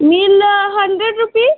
meal hundred rupees